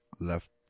left